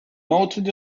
noted